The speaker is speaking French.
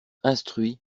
instruit